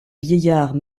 vieillard